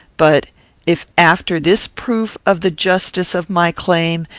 but if, after this proof of the justice of my claim,